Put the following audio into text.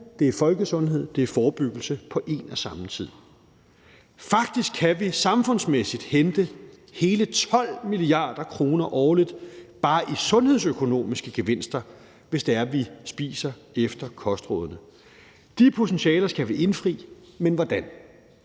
det er folkesundhed og det er forebyggelse på en og samme tid. Faktisk kan vi samfundsmæssigt hente hele 12 mia. kr. årligt bare i sundhedsøkonomiske gevinster, hvis vi spiser efter kostrådene. De potentialer skal vi indfri, men hvordan?